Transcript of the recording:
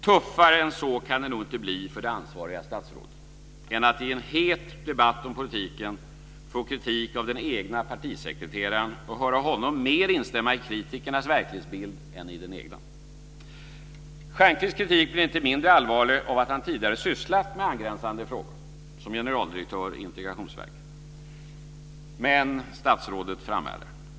Tuffare än så kan det nog inte bli för det ansvariga statsrådet än att i en het debatt om politiken få kritik av den egna partisekreteraren och höra honom mer instämma i kritikernas verklighetsbild än i den egna. Stjernkvists kritik blir inte mindre allvarlig av att han tidigare sysslat med angränsade frågor som generaldirektör i Integrationsverket. Men statsrådet framhärdar.